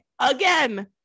again